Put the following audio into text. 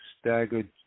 staggered